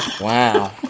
wow